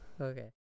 Okay